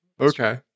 Okay